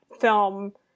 film